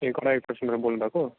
ए बोल्नुभएको